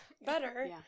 better